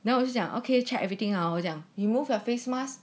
then 我就讲 okay check everything our 讲 you move your face mask